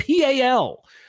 pal